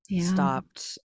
stopped